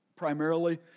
primarily